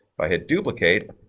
i hit duplicate,